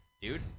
dude